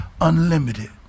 unlimited